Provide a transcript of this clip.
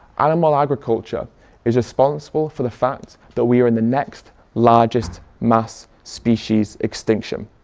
animal agriculture is responsible for the fact that we are in the next largest mass species extinction.